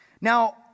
Now